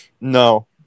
No